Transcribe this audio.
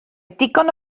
digon